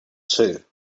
too